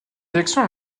élection